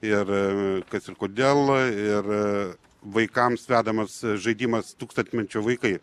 ir kas ir kodėl ir vaikams vedamas žaidimas tūkstantmečio vaikai